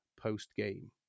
post-game